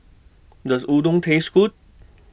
Does Udon Taste Good